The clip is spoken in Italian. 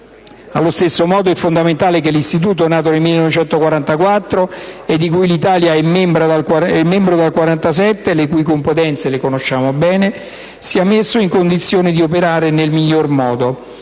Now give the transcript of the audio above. Allo stesso modo, è fondamentale che l'Istituto nato nel 1944 e di cui l'Italia è membro dal 1947 (le cui competenze sono a noi ben note) sia messo in condizione di operare nel miglior modo.